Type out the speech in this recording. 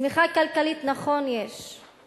צמיחה כלכלית, נכון, יש,